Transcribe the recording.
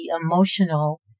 emotional